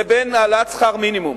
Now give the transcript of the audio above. לבין העלאת שכר מינימום?